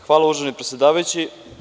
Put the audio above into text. Hvala uvaženi predsedavajući.